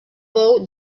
bou